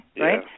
right